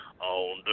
on